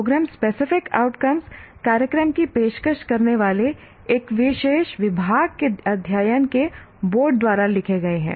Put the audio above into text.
programme specific outcomes कार्यक्रम की पेशकश करने वाले एक विशेष विभाग के अध्ययन के बोर्ड द्वारा लिखे गए हैं